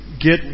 get